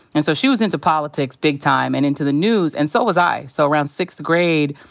and so she was into politics big time and into the news. and so was i. so around sixth grade,